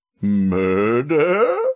murder